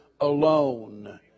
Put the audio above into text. alone